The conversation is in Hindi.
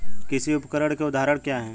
कृषि उपकरण के उदाहरण क्या हैं?